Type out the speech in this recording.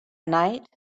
night